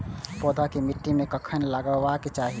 पौधा के मिट्टी में कखेन लगबाके चाहि?